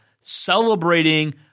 celebrating